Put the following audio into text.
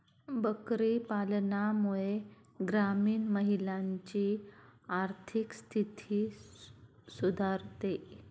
बकरी पालनामुळे ग्रामीण महिलांची आर्थिक स्थिती सुधारते